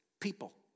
People